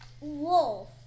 wolf